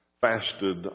fasted